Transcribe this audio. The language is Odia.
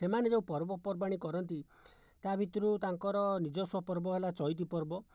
ସେମାନେ ଯେଉଁ ପର୍ବପର୍ବାଣି କରନ୍ତି ତା' ଭିତରୁ ତାଙ୍କର ନିଜସ୍ଵ ପର୍ବ ହେଲା ଚଇତି ପର୍ବ